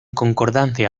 concordancia